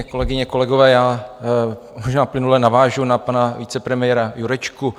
Kolegyně, kolegové, já možná plynule navážu na pana vicepremiéra Jurečku.